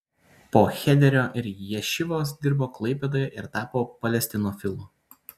po chederio ir ješivos dirbo klaipėdoje ir tapo palestinofilu